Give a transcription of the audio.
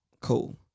cool